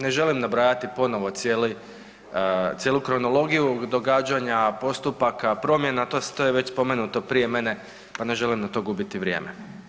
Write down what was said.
Ne želim nabrajati ponovo cijeli, cijelu kronologiju događanja, postupaka, promjena, to je već spomenuto prije mene, pa ne želim na to gubiti vrijeme.